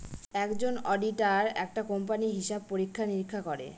একজন অডিটার একটা কোম্পানির হিসাব পরীক্ষা নিরীক্ষা করে